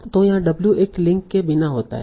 तो यहाँ w एक लिंक के बिना होता है